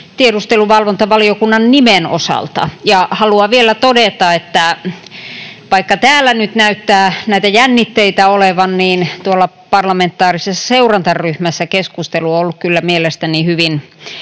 tiedusteluvalvontavaliokunnan nimen osalta. Haluan vielä todeta, että vaikka täällä nyt näyttää näitä jännitteitä olevan, niin tuolla parlamentaarisessa seurantaryhmässä keskustelu on ollut kyllä mielestäni hyvin